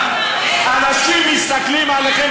אנשים מסתכלים עליכם.